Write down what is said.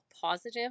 positive